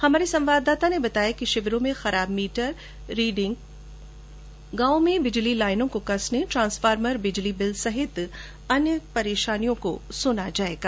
हमारे संवाददाता ने बताया कि शिविरों में खराब मीटर रीडिंग गांवों में बिजली लाइनों को कसने ट्रांसफॉर्मर बिजली बिल सहित अन्य समस्याओं को सुना जाएगा